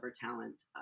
talent